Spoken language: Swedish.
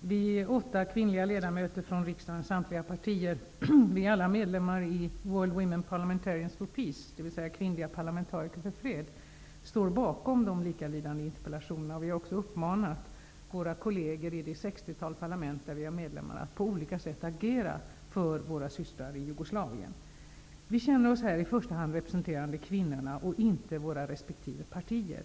Vi är åtta kvinnliga ledamöter från riksdagens samtliga partier -- alla medlemmar i World Women Parliamentarians for Peace, dvs. Kvinnliga parlamentariker för fred -- som står bakom de likalydande interpellationerna. Vi har också uppmanat våra kolleger i de sextiotal parlament där vi har medlemmar att på olika sätt agera för våra systrar i Jugoslavien. Vi känner oss här i första hand representerande kvinnorna, och inte våra resp. partier.